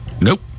Nope